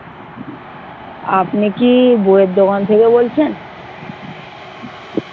আপনি কি বইয়ের দোকান থেকে বলছেন